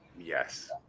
yes